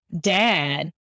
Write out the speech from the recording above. dad